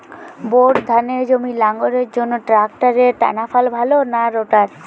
Bore ধানের জমি লাঙ্গলের জন্য ট্রাকটারের টানাফাল ভালো না রোটার?